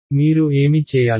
మీరు ఏమి చేయాలి